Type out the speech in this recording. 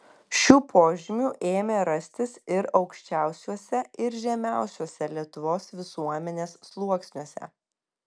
šių požymių ėmė rastis ir aukščiausiuose ir žemiausiuose lietuvos visuomenės sluoksniuose